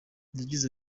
yagize